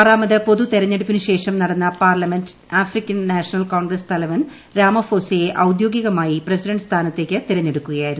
ആറാമത് പൊതു തെരഞ്ഞെടുപ്പിനുശേഷം നടന്ന പാർലമെന്റ് ആഫ്രിക്കൻ നാഷണൽ കോൺഗ്രസ് തലവൻ രാമഫോസെയെ ഔദ്യോഗികമായി പ്രിസിഡന്റ് സ്ഥാനത്തേക്ക് തെരഞ്ഞെടുക്കുകയായിരുന്നു